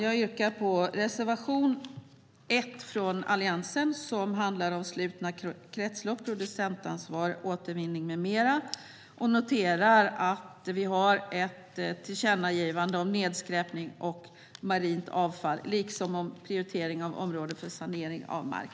Jag yrkar bifall till reservation 1 från Alliansen, som handlar om slutna kretslopp, producentansvar, återvinning med mera och noterar att det blir ett tillkännagivande om nedskräpning och marint avfall, liksom om prioritering av områden för sanering av mark.